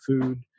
food